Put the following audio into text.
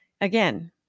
Again